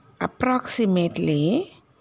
approximately